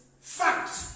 fact